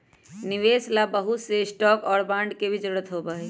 निवेश ला बहुत से स्टाक और बांड के भी जरूरत होबा हई